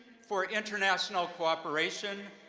for international cooperation,